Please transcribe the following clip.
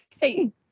Hey